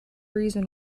reason